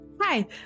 hi